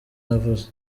navuze